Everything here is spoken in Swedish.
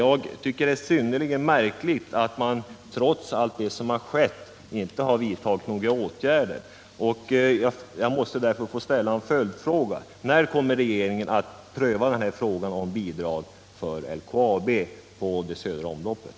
Jag tycker att det är synnerligen märkligt att man trots det som skett inte har vidtagit några åtgärder och måste därför få ställa en följdfråga: När kommer regeringen att pröva frågan om bidrag till LKAB då det gäller det södra omloppet?